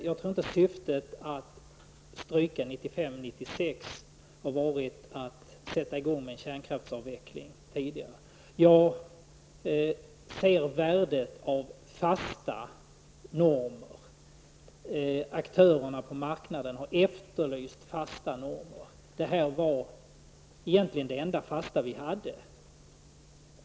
Jag tror inte att syftet med att stryka årtalet 1995/96 var att sätta i gång med en kärnkraftsavveckling tidigare. Jag ser värdet av fasta normer. Aktörerna på marknaden har efterlyst sådana. Det här var egentligen det enda fasta som fanns.